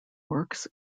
works